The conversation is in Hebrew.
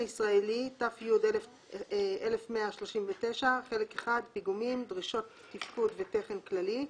ישראלי ת"י 1139 חלק 1 פיגומים: דרישות תפקוד ותכן כללי,